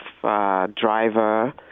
driver